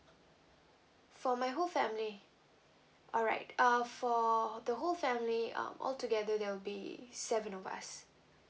for my whole family alright uh for the whole family um all together there will be seven of us